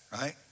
right